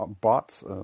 bots